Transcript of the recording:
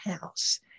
house